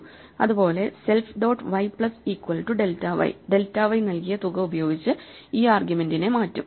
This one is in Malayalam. അതുപോലെ self dot y plus equal to delta y delta y നൽകിയ തുക ഉപയോഗിച്ച് ഈ ആർഗ്യുമെന്റിനെ മാറ്റും